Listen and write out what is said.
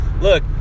Look